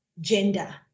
gender